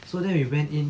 so then we went in